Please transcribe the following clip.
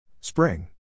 Spring